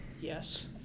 Yes